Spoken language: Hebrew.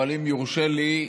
אבל אם יורשה לי,